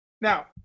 Now